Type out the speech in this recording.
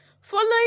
Following